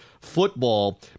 football